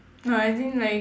no I think like